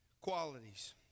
qualities